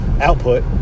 output